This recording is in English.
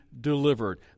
delivered